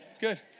good